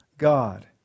God